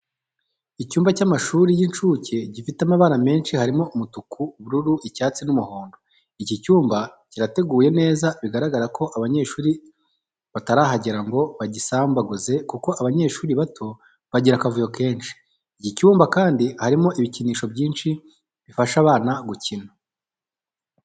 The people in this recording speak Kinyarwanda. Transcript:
Icyumba cy'amashuri y'incuke gifite amabara menshi harimo umutuku, ubururu, icyatsi n'umuhondo. Iki cyumba kirateguye neza bigaragara ko abanyeshuri batarahagera ngo bagisambaguze kuko abanyeshuri bato bagira akavuyo kenshi. Iki cyumba kandi harimo ibikinisho byinshi bifasha abana gukina.